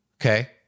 Okay